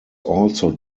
also